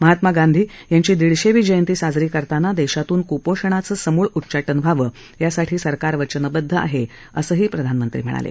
महात्मा गांधी यांची दीडशेवी जयंती साजरी करत असताना देशातून कुपोषणाचं समूळ उच्चाटन व्हावं यासाठी सरकार वचनबद्ध आहे असंही प्रधानमंत्री म्हणाले